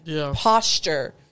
posture